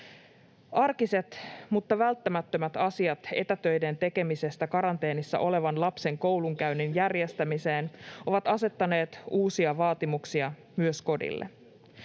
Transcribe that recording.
Arkiset mutta välttämättömät asiat etätöiden tekemisestä karanteenissa olevan lapsen koulunkäynnin järjestämiseen ovat asettaneet uusia vaatimuksia myös kodille.